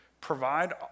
provide